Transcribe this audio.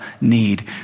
need